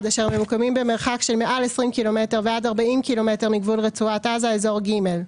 אשר ממוקמים במרחק של מעל 20 ק"מ ועד 40 ק"מ מגבול רצועת עזה (אזור ג')